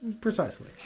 Precisely